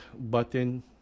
button